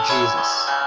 Jesus